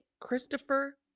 christopher